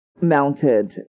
mounted